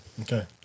Okay